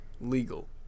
legal